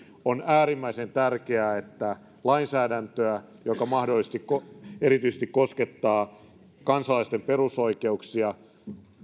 on äärimmäisen tärkeää että lainsäädäntöä joka erityisesti koskettaa kansalaisten perusoikeuksia